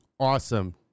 awesome